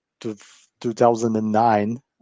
2009